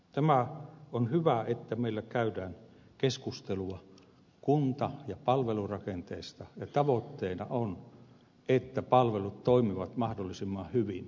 tämä on hyvä että meillä käydään keskustelua kunta ja palvelurakenteesta ja tavoitteena on että palvelut toimivat mahdollisimman hyvin